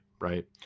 right